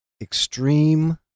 extreme